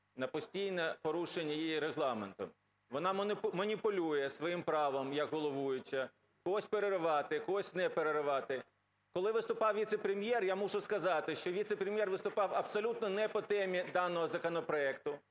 на постійне порушення нею Регламенту. Вона маніпулює своїм правом як головуюча: когось переривати, когось не переривати. Коли виступав віце-прем’єр, я мушу сказати, що віце-прем’єр виступав абсолютно не по темі даного законопроекту.